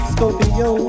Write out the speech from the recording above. Scorpio